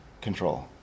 control